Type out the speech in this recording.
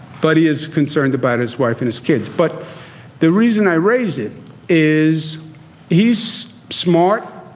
but he is concerned about his wife and his kids. but the reason i raise it is he's smart.